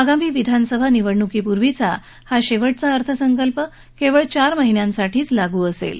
आगामी विधानसभा निवडणुकीपूर्वीचा हा शेवटचा अर्थसंकल्प केवळ चार महिन्यांसाठीच लागू असेल